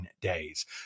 days